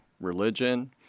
religion